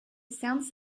sounds